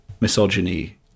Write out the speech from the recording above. misogyny